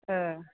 ओं